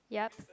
yup